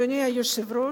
אדוני היושב-ראש,